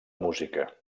música